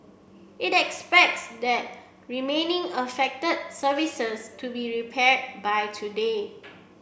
it expects the remaining affected services to be repaired by today